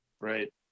Right